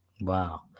wow